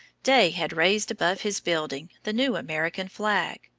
day had raised above his building the new american flag.